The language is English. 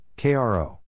KRO